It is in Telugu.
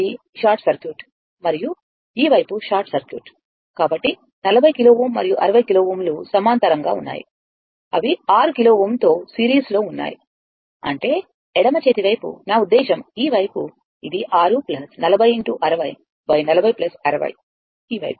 ఇది షార్ట్ సర్క్యూట్ మరియు ఈ వైపు షార్ట్ సర్క్యూట్ కాబట్టి 40 కిలో Ω మరియు 60 కిలోΩ లు సమాంతరంగా ఉన్నాయి అవి 6 కిలో Ω తో సిరీస్లో ఉన్నాయి అంటే ఎడమ చేతి వైపు నా ఉద్దేశ్యం ఈ వైపు ఇది 6 40 60 ఈ వైపు